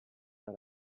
that